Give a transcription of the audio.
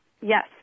Yes